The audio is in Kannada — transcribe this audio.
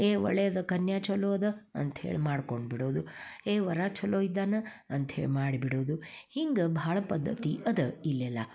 ಏ ಒಳ್ಳೇದು ಕನ್ಯಾ ಚಲೋ ಅದ ಅಂತ್ಹೇಳಿ ಮಾಡ್ಕೊಂಡು ಬಿಡೋದು ಏ ವರ ಛಲೋ ಇದ್ದಾನೆ ಅಂತ್ಹೇಳಿ ಮಾಡಿ ಬಿಡೋದು ಹಿಂಗೆ ಭಾಳ ಪದ್ದತಿ ಅದ ಇಲ್ಲೆಲ್ಲ